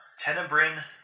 Tenebrin